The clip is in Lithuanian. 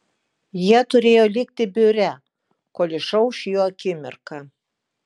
jie turėjo likti biure kol išauš jų akimirka